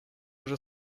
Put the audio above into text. вже